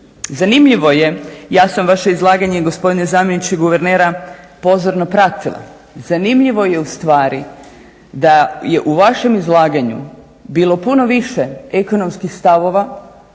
Zanimljivo je ja sam vaše izlaganje gospodine zamjeniče guvernera pozorno pratila. Zanimljivo je ustvari da je u vašem izlaganju bilo puno više ekonomskih stavova